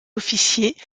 officiers